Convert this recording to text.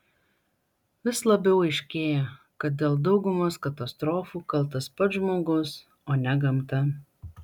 vis labiau aiškėja kad dėl daugumos katastrofų kaltas pats žmogus o ne gamta